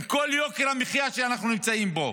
עם כל יוקר המחיה שאנחנו נמצאים בו